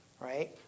Right